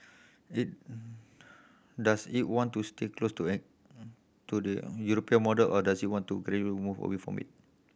it does it want to stay close to an to the European model or does it want to move away from it